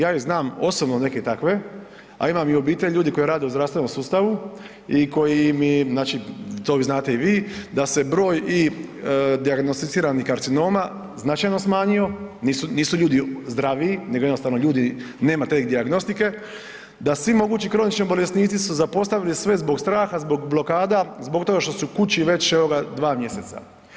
Ja ih znam osobno neke takve, a imam i obitelj ljudi koji rade u zdravstvenom sustavu i koji mi, to znate i vi, da se broj i dijagnosticiranih karcinoma značajno smanjio, nisu ljudi zdraviji nego jednostavno nema te dijagnostike, da svi mogući kronični bolesnici su zapostavili sve zbog straha, zbog blokada, zbog toga što su kući već evo dva mjeseca.